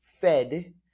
fed